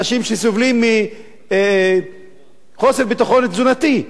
אנשים שסובלים מחוסר ביטחון תזונתי.